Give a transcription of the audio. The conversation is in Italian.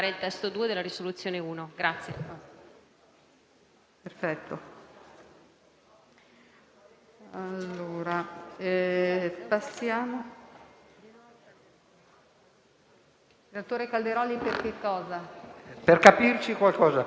La vuole mettere in distribuzione, perché anche noi possiamo sapere cosa votiamo?